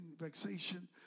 vexation